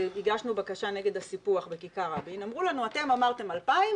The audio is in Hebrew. כשהגשנו בקשה נגד הסיפוח בכיכר רבין אמרו לנו: אתם אמרתם 2,000,